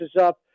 up